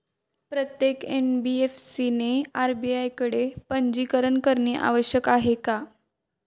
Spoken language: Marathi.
प्रत्येक एन.बी.एफ.सी ने आर.बी.आय कडे पंजीकरण करणे आवश्यक आहे का?